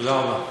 תודה רבה.